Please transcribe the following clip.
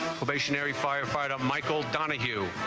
stationary firefighter michael donahue